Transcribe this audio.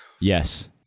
Yes